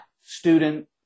student